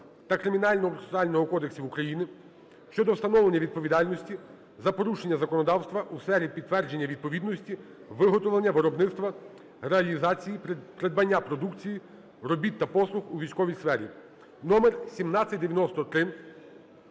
та Кримінального процесуального кодексів України щодо встановлення відповідальності за порушення законодавства у сфері підтвердження відповідності виготовлення, виробництва, реалізації, придбання продукції, робіт та послуг у військовій сфері" (№ 1793).